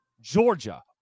Georgia